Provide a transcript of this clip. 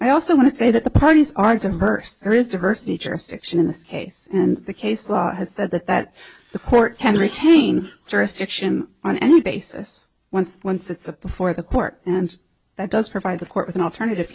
i also want to say that the parties are to her so there is diversity jurisdiction in this case and the case law has said that that the court can retain jurisdiction on any basis once once it's before the court and that does provide the court with an alternative